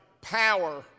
power